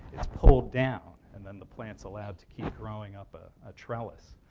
it's pulled down, and then the plant's allowed to keep growing up a ah trellis.